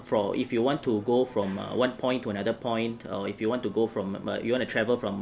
from if you want to go from one point to another point or if you want to go from um you wanna travel from